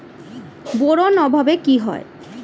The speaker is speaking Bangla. বোরন অভাবে কি হয়?